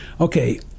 Okay